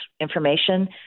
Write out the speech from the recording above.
information